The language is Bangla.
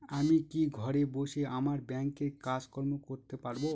আমি কি ঘরে বসে আমার ব্যাংকের কাজকর্ম করতে পারব?